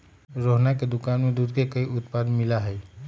रोहना के दुकान में दूध के कई उत्पाद मिला हई